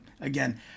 again